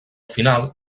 final